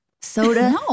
Soda